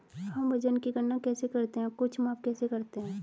हम वजन की गणना कैसे करते हैं और कुछ माप कैसे करते हैं?